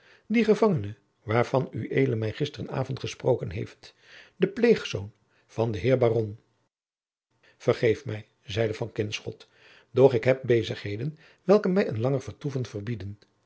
die gevangene waarvan ued mij gisteren avond gesproken heeft de pleegzoon van den heer baron vergeef mij zeide van kinschot doch ik heb bezigheden welke mij een langer vertoeven verbieden